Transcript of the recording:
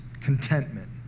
contentment